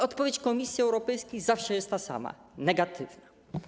Odpowiedź Komisji Europejskiej zawsze jest ta sama - negatywna.